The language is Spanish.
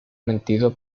mentido